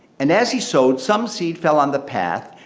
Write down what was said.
and as he sowed, some seed fell on the path,